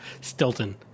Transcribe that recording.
Stilton